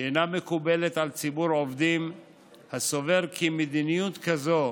שאינה מקובלת על ציבור עובדים הסובר כי מדיניות כזו